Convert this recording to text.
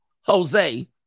jose